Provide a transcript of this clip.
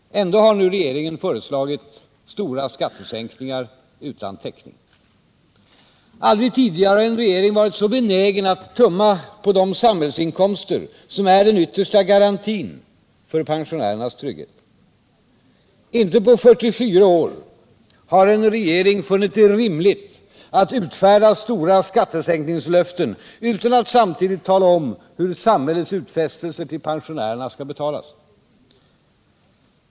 Ändå har regeringen nu föreslagit stora skattesänkningar utan täckning. Aldrig tidigare har en regering varit. så benägen att tumma på de samhällsinkomster som är den yttersta garantin för pensionärernas trygghet. Inte på 44 år har en regering funnit det rimligt att utfärda stora skattesänkningslöften utan att samtidigt tala om hur samhällets utfästelser till pensionärerna skall betalas.